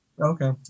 Okay